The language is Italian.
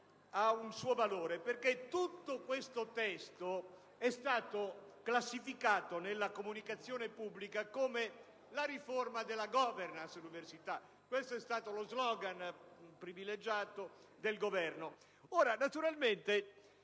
ha un suo valore. Tutto questo testo, infatti, è stato classificato, nella comunicazione pubblica, come la riforma della *governance* dell'università. Questo è stato lo *slogan* privilegiato del Governo.